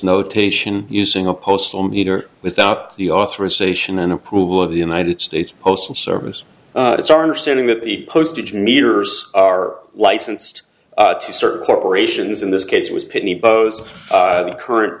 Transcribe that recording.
notation using a postal meter without the authorization and approval of the united states postal service it's our understanding that the postage meters are licensed to search corporations in this case was pitney bowes the current